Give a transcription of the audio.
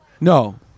No